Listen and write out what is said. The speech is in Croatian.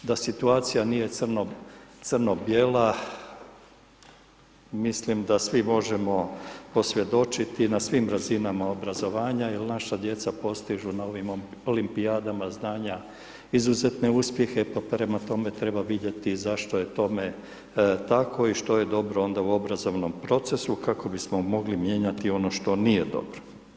Da situacija nije crno-bijela, mislim da svi možemo posvjedočiti na svim razinama obrazovanja jer naša djeca postižu na ovim olimpijadama znanja izuzetne uspjehe, pa prema tome, treba vidjeti zašto je tome tako i što je dobro onda u obrazovnom procesu, kako bismo mogli mijenjati ono što nije dobro.